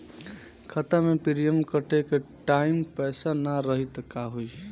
खाता मे प्रीमियम कटे के टाइम पैसा ना रही त का होई?